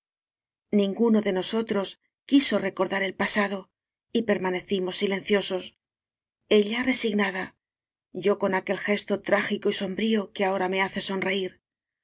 ninguno de nosotros quiso recordar el pa sado y permanecimos silenciosos ella resig nada yo con aquel gesto trágico y sombrío que ahora me hace sonreír